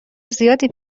زیادی